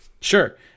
Sure